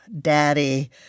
Daddy